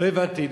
לא הבנתי.